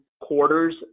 quarters